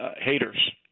haters